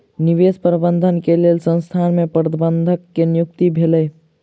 निवेश प्रबंधन के लेल संसथान में प्रबंधक के नियुक्ति भेलै